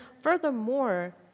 furthermore